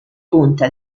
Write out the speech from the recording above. punta